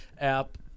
app